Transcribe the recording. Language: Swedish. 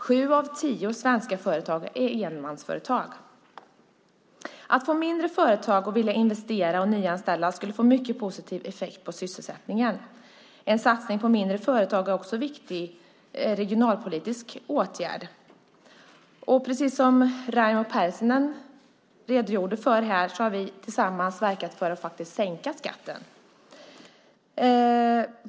Sju av tio svenska företag är enmansföretag. Att få mindre företag att vilja investera och nyanställa skulle få mycket positiv effekt på sysselsättningen. En satsning på mindre företag är också en viktig regionalpolitisk åtgärd. Precis som Raimo Pärssinen redogjorde för har vi tillsammans verkat för att sänka skatten.